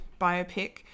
biopic